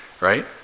Right